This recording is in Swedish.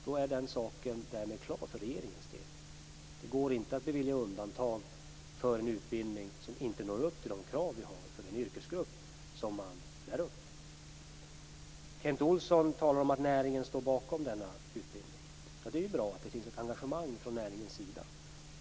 Därmed är den saken klar för regeringens del. Det går inte att bevilja undantag för en utbildning som inte når upp till de krav som vi ställer för en yrkesgrupp som man lär upp. Kent Olsson säger att näringen står bakom denna utbildning. Det är bra att det finns ett engagemang från näringens sida.